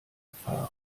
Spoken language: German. erfahren